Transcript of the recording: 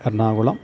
Ernakulam